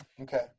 Okay